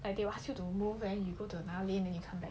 like they will ask you to move and you go to another lane and you come back